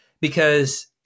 because-